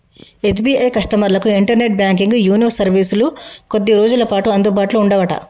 SBI కస్టమర్లకు internet banking YONO సర్వీసులు కొద్ది రోజులపాటు అందుబాటులో ఉండవట